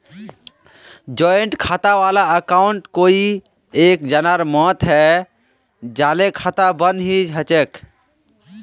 joint खाता वाला अकाउंटत कोई एक जनार मौत हैं जाले खाता बंद नी हछेक